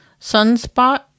sunspot